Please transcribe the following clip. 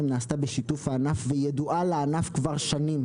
נעשה בשיתוף הענף וידוע לענף כבר שנים,